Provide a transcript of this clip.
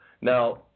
Now